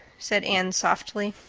said anne softly.